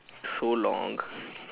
so long